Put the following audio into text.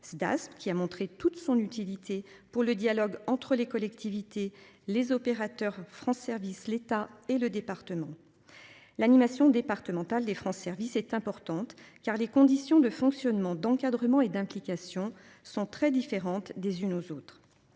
SIDA qui a montré toute son utilité, pour le dialogue entre les collectivités, les opérateurs France service l'État et le département. L'animation départemental des France service est importante car les conditions de fonctionnement d'encadrement et d'implication sont très différentes des unes aux autres.